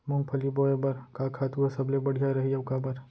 मूंगफली बोए बर का खातू ह सबले बढ़िया रही, अऊ काबर?